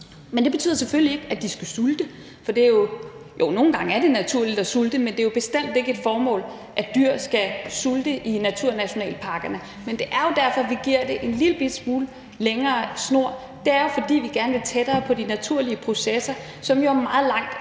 Det betyder selvfølgelig ikke, at de skal sulte, for det er jo – jo, nogle gange er det naturligt at sulte – bestemt ikke et formål, at dyr skal sulte i naturnationalparkerne. Men det er derfor, vi giver det en lillebitte smule længere snor. Det er, fordi vi gerne vil tættere på de naturlige processer, som jo er meget langt